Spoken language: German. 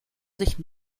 sich